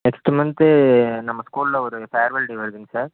next month நம்ம ஸ்கூலில் ஒரு ஃபேரவல் டே வருதுங்க சார்